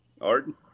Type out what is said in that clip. Arden